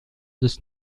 des